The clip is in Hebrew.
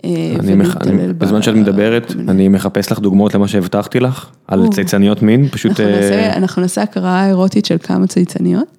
בזמן שאת מדברת אני מחפש לך דוגמאות למה שהבטחתי לך על צייצניות מין פשוט אנחנו נעשה הקראה אירוטית של כמה צייצניות.